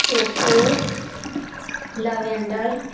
choco lavender